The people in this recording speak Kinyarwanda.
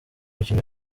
mukino